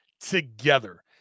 together